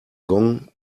gong